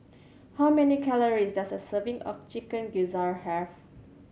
how many calories does a serving of Chicken Gizzard have